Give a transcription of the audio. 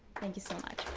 thank you so much.